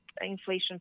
inflation